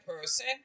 person